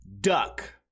duck